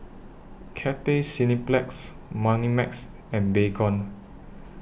Cathay Cineplex Moneymax and Baygon